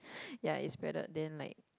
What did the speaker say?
ya it spreaded then like